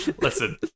Listen